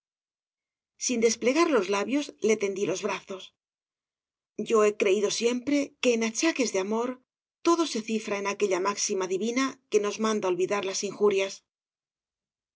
sin desplegar los labios le tendí los brazos yo he creído siempre que en achaques de amor todo se cifra en aquella máxima divina que nos manda olvidar las injurias